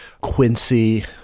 Quincy